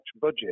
budget